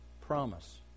promise